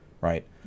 Right